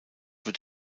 wird